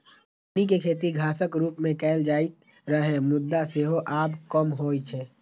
कौनी के खेती घासक रूप मे कैल जाइत रहै, मुदा सेहो आब कम होइ छै